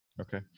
Okay